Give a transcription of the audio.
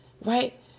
right